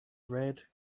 red